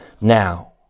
Now